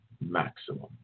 maximum